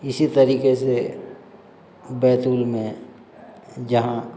इसी तरीक़े से बैतूल में जहाँ